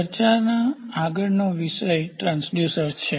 ચર્ચાના આગળનો વિષય ટ્રાન્સડ્યુસર્સ છે